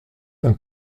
d’un